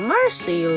Mercy